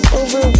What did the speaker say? over